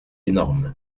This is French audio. énorme